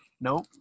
Nope